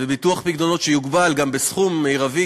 וביטוח פיקדונות שיוגבל גם בסכום מרבי,